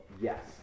yes